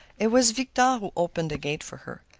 it was victor who opened the gate for her.